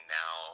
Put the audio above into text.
now